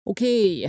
Okay